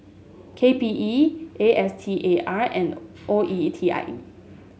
K P E A S T A R and O E T I